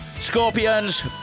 Scorpions